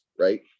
right